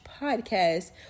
podcast